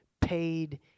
paid